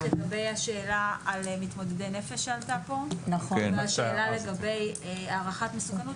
לגבי השאלה על מתמודדי נפש שעלתה כאן והשאלה לגבי הערכת מסוכנות,